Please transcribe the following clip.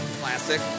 Classic